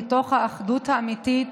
לתוך האחדות האמיתית,